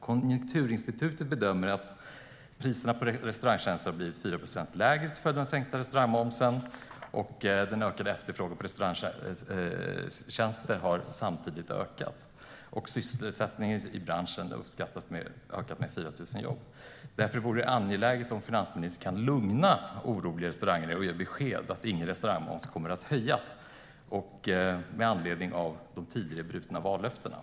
Konjunkturinstitutet bedömer att priserna på restaurangtjänster har blivit 4 procent lägre till följd av den sänkta restaurangmomsen. Den ökade efterfrågan på restaurangtjänster har samtidigt ökat. Sysselsättningen i branschen uppskattas ha ökat med 4 000 jobb. Mot bakgrund av tidigare brutna vallöften vore det angeläget om finansministern kan lugna oroliga restaurangägare och ge beskedet att restaurangmomsen inte kommer att höjas.